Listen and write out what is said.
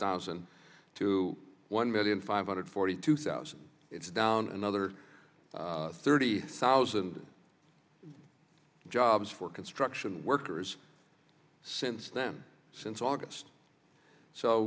thousand to one million five hundred forty two thousand it's down another thirty thousand jobs for construction workers since then since august so